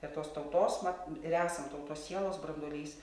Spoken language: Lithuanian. ir tos tautos mat ir esam tautos sielos branduolys